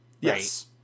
Yes